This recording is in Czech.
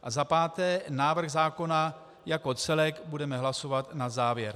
A za páté návrh zákona jako celek budeme hlasovat na závěr.